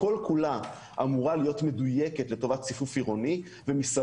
כבוד היושב-ראש, תוך שנתיים מסתיים